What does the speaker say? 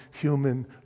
human